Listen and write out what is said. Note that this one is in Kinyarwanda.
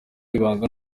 ibanga